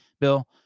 bill